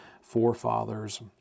forefathers